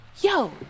yo